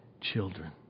children